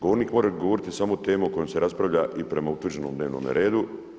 Govornik može govoriti samo o temi o kojoj se raspravlja i prema utvrđenom dnevnom redu.